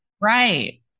right